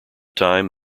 time